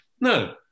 no